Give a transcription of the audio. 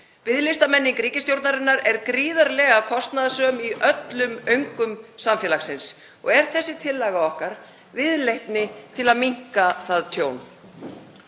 Biðlistamenning ríkisstjórnarinnar er gríðarlega kostnaðarsöm í öllum öngum samfélagsins og er þessi tillaga okkar viðleitni til að minnka það tjón.